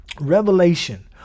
revelation